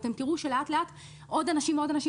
אתם תראו שלאט-לאט עוד אנשים ועוד אנשים